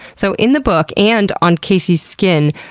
so in the book, and on casey's skin,